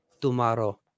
tomorrow